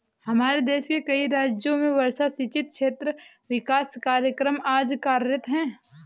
हमारे देश के कई राज्यों में वर्षा सिंचित क्षेत्र विकास कार्यक्रम आज कार्यरत है